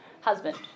husband